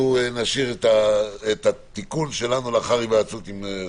אנחנו נשאיר את התיקון שלנו לאחר היוועצות עם סנגור.